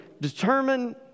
determine